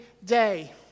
day